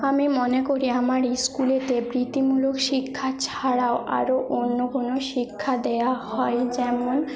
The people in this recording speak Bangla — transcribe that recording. আমি মনে করি আমার স্কুলেতে বৃত্তিমূলক শিক্ষা ছাড়াও আরও অন্য কোনও শিক্ষা দেওয়া হয় যেমন